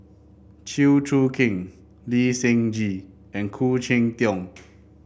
Chew Choo Keng Lee Seng Gee and Khoo Cheng Tiong